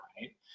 right